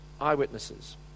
eyewitnesses